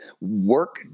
work